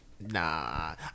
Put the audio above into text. Nah